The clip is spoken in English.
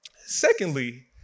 Secondly